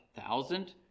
thousand